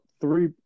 three